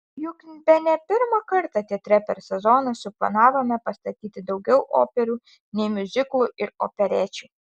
juk bene pirmą kartą teatre per sezoną suplanavome pastatyti daugiau operų nei miuziklų ir operečių